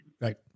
Right